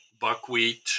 buckwheat